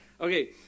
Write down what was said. Okay